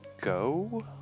go